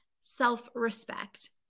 self-respect